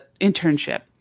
internship